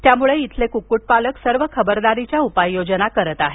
यामुळे इथले क्क्क्टपालक सर्व खबरदारीच्या उपाययोजना करत आहे